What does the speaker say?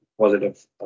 positive